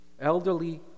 Elderly